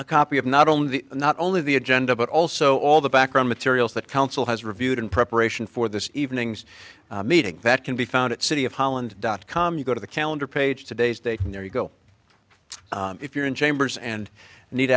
a copy of not only the not only the agenda but also all the background materials that council has reviewed in preparation for this evening's meeting that can be found at city of holland dot com you go to the calendar page today's date and there you go if you're in chambers and need